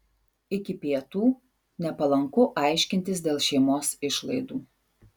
iki pietų nepalanku aiškintis dėl šeimos išlaidų